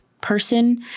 person